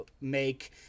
make